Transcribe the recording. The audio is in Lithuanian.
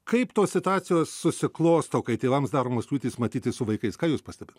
kaip tos situacijos susiklosto kai tėvams daromos kliūtys matytis su vaikais ką jūs pastebit